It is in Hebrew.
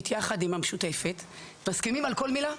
יחד עם המשותפת מסכימים על כל מילה?